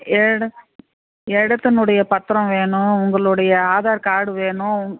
எட இடத்துனுடைய பத்திரம் வேணும் உங்களுடைய ஆதார் கார்டு வேணும் உ